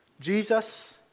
Jesus